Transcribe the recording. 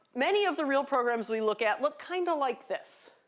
many of the real programs we look at look kind of like this.